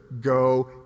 go